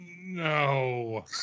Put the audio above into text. No